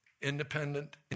independent